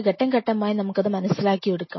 ഘട്ടംഘട്ടമായി ആയി നമുക്കത് മനസ്സിലാക്കി എടുക്കാം